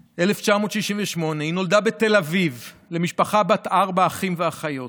1968. היא נולדה בתל אביב למשפחה בת ארבעה אחים ואחיות.